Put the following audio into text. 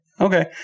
Okay